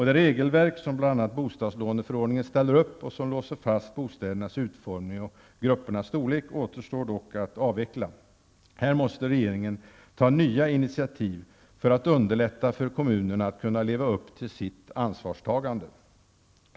Det regelverk som bl.a. bostadslåneförordningen ställer upp och som låser fast bostädernas utformning och gruppernas storlek återstår dock att avveckla. Här måste regeringen ta nya initiativ för att göra det lättare för kommunerna att leva upp till sitt ansvarstagande!